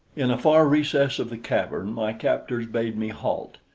in a far recess of the cavern my captors bade me halt.